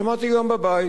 שמעתי גם בבית.